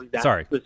sorry